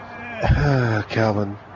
Calvin